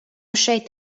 šeit